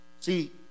See